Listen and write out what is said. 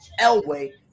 Elway